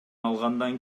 алгандан